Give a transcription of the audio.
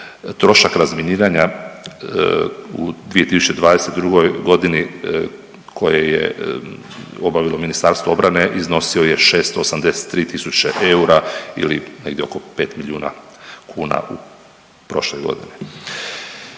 Trošak razminiranja u 2022. g. koje je obavilo MORH iznosio je 683 tisuće eura ili negdje oko 5 milijuna kuna u prošloj godini.